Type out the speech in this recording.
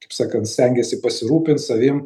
kaip sakant stengiasi pasirūpint savim